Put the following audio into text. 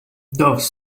doves